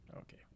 okay